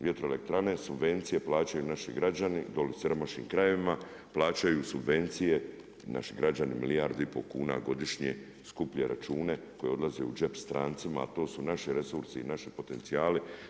Vjetroelektrane, subvencije plaćaju naši građani dolje u … krajevima plaćaju subvencije naši građani milijardu i pol kuna godišnje skuplje račune koji odlaze u džep strancima, a to su naši resursi i naši potencijali.